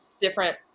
different